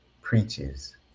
preaches